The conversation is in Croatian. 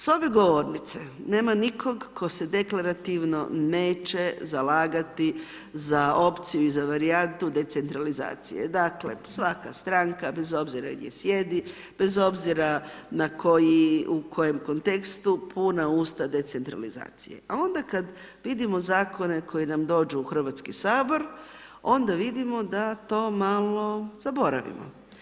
S ove govornice nema nikog tko se deklarativno neće zalagati za opciju, za varijantu decentralizacije, dakle, svaka stranka bez obzira gdje sjedi, bez obzira u kojem kontekstu, puna usta decentralizacije, a onda kad vidimo zakone koji nam dođu u Hrvatski sabor, onda vidimo da to malo zaboravimo.